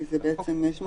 כי יש מחלקות אחרות.